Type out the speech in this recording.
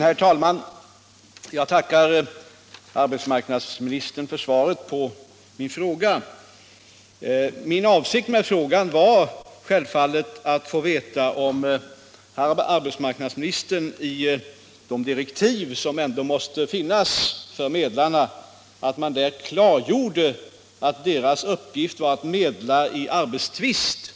Herr talman! Jag tackar arbetsmarknadsministern för svaret på min fråga. Min avsikt med frågan var självfallet att få veta om herr arbetsmarknadsministern i de direktiv som ändå måste finnas för medlarna klargjorde att deras uppgift är att medla i arbetstvist